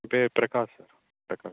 என் பேரு பிரகாஷ் சார் பிரகாஷ்